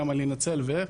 כמה לנצל ואיך,